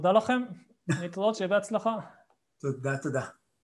‫תודה לכם, להתראות שיהיה בהצלחה. ‫-תודה, תודה.